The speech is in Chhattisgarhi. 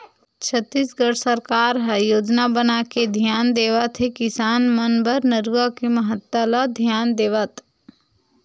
छत्तीसगढ़ सरकार ह योजना बनाके धियान देवत हे किसान मन बर नरूवा के महत्ता ल धियान देवत